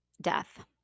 death